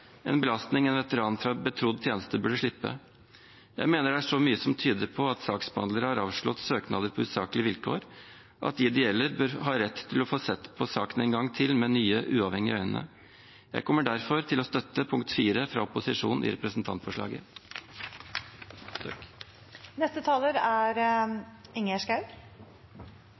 en belastning en veteran fra en betrodd tjeneste burde slippe. Jeg mener det er så mye som tyder på at saksbehandlere har avslått søknader på usaklige vilkår, at de det gjelder, bør ha rett til å få sett på saken en gang til, med nye, uavhengige øyne. Jeg kommer derfor til å støtte punkt 4 fra opposisjonen i representantforslaget.